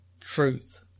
truth